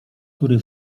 który